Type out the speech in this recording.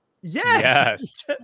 yes